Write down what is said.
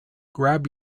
grab